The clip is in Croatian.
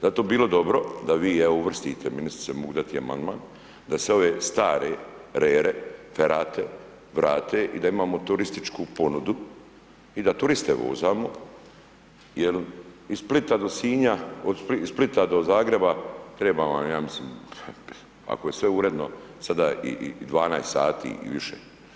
Zato bi bilo dobro da vi i ja uvrstite, ministrice, mogu dati amandman, da se ove stare rere, ferat vrate i da imamo turističku ponudu i da turiste vozamo, jer od Splita do Sinja, iz Splita do Zagreba treba vam, ja mislim, ako je sve uredno sada i 12 sati i više.